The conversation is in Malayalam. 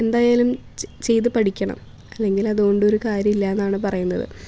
എന്തായാലും ചെ ചെയ്ത് പഠിക്കണം അല്ലെങ്കിൽ അതുകൊണ്ടൊരു കാര്യം ഇല്ലന്നാണ് പറയുന്നത്